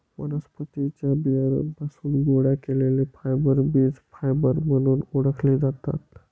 वनस्पतीं च्या बियांपासून गोळा केलेले फायबर बीज फायबर म्हणून ओळखले जातात